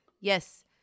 yes